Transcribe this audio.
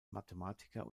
mathematiker